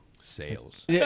Sales